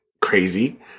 crazy